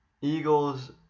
Eagles